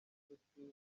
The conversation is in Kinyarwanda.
ministries